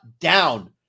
down